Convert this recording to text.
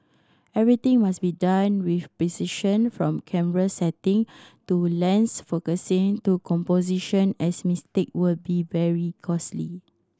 everything must be done with precision from camera setting to lens focusing to composition as mistake will be very costly